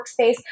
workspace